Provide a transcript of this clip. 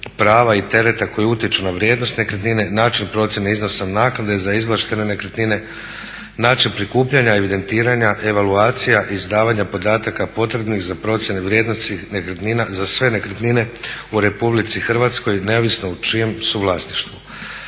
prava i tereta koji utječu na vrijednost nekretnine, način procjene iznosa naknade za izvlaštene nekretnine, način prikupljanja, evidentiranja evaluacija izdavanja podataka potrebnih za procjene vrijednosti nekretnina za sve nekretnine u Republici Hrvatskoj neovisno u čijem su vlasništvu.